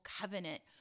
covenant